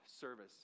service